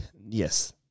yes